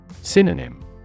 Synonym